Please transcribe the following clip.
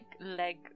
leg